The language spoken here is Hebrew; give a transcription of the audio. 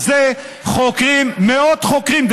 על זה חוקרים מאות חוקרים.